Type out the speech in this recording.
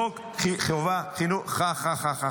חוק חינוך חובה חה חה חה